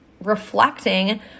Reflecting